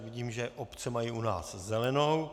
Vidím, že obce mají u nás zelenou.